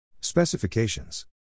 Specifications